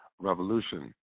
revolution